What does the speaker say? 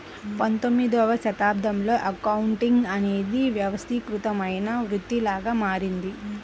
పంతొమ్మిదవ శతాబ్దంలో అకౌంటింగ్ అనేది వ్యవస్థీకృతమైన వృత్తిలాగా మారింది